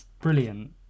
brilliant